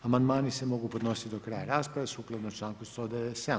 Amandmani se mogu podnositi do kraja rasprave sukladno članku 197.